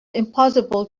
impossible